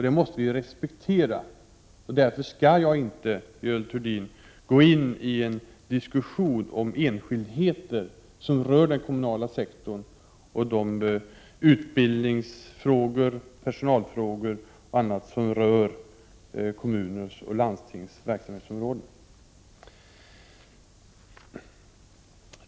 Det måste vi respektera, och därför skall jag inte, Görel Thurdin, gå in i en diskussion om enskildheter som rör den kommunala sektorn och de utbildningsoch personalfrågor m.m. som berör kommunernas och landstingens verksamhetsområde.